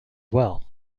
well